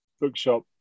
bookshop